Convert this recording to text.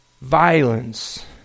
violence